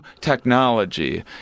technology